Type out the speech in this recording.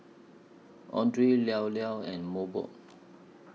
Andre Llao Llao and Mobot